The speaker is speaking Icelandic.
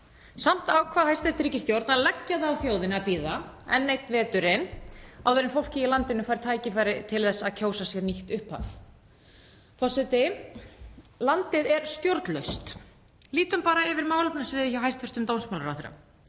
samt ákvað hæstv. ríkisstjórn að leggja það á þjóðina að bíða enn einn veturinn áður en fólkið í landinu fær tækifæri til að kjósa sér nýtt upphaf. Forseti. Landið er stjórnlaust. Lítum bara yfir málefnasviðin hjá hæstv. dómsmálaráðherra.